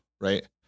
right